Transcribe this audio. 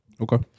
Okay